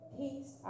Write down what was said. peace